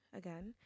again